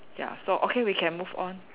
ya so okay we can move on